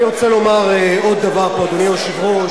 אני רוצה לומר עוד דבר פה, אדוני היושב-ראש.